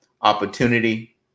opportunity